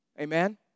Amen